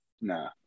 Nah